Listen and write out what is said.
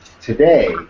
today